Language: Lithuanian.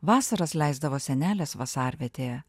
vasaras leisdavo senelės vasarvietėje